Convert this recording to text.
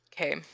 Okay